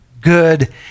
good